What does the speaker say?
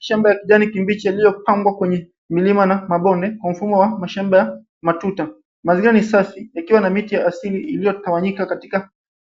Shamba ya kijani kibichi yaliyopangwa kwenye milima na mabonde, kwa mfumo wa mashamba ya matuta. Mazingira ni safi ikiwa na miti ya asili iliyogawanyika katika